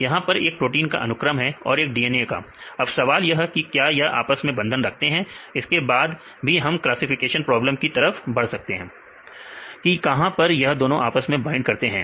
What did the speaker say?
यहां पर एक प्रोटीन का अनुक्रम है और एक DNA का अब सवाल यह कि क्या या आपस में बंधन रखते हैं इसके बाद भी हम क्लासिफिकेशन प्रॉब्लम की तरफ बढ़ सकते हैं की कहां पर यह दोनों आपस में बाइंड करते हैं हैं